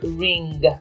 ring